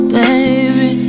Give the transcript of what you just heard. baby